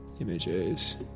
images